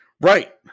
Right